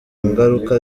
ngaruka